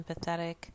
empathetic